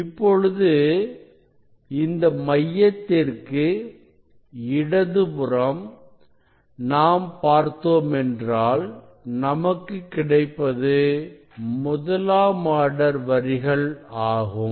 இப்பொழுது இந்த மையத்திற்கு இடதுபுறம் நாம் பார்த்தோமென்றால் நமக்கு கிடைப்பது முதலாம் ஆர்டர் வரிகள் ஆகும்